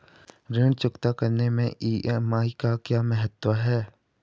ऋण चुकता करने मैं ई.एम.आई का क्या महत्व है?